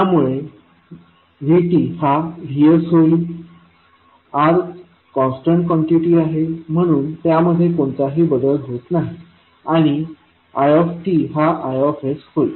त्यामुळे v हा V होईल R कॉन्स्टंट कॉन्टिटी आहे आणि म्हणून त्यामध्ये कोणताही बदल होत नाही आणि i हा I होईल